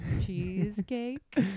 cheesecake